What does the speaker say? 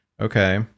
Okay